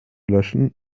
löschen